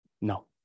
No